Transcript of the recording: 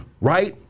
right